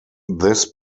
this